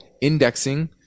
Indexing